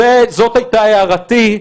זאת הייתה הערתי.